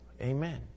Amen